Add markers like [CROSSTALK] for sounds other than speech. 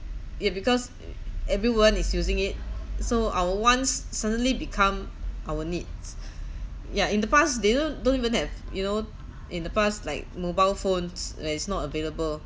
it because everyone is using it so our wants suddenly become our needs [BREATH] ya in the past they don't don't even have you know in the past like mobile phones like is not available